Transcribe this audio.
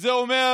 זה אומר